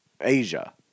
Asia